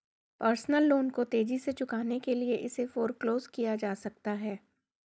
personal loan को तेजी से चुकाने के लिए इसे फोरक्लोज किया जा सकता है